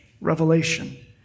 revelation